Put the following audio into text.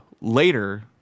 later